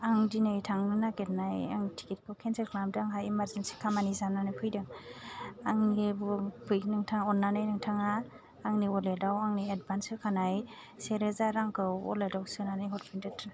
आं दिनै थांनो नागिरनाय आं टिकेटखौ केनसेल खालामदों आंहा इमार्जेनसि खामानि जानानै फैदों आंनि नोंथाङा अननानै नोंथाङा आंनि अवालेटाव आंनि एडभान्स होखानाय सेरोजा रांखौ अवालेटाव सोनानै हरफिनदो